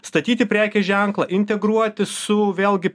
statyti prekės ženklą integruoti su vėlgi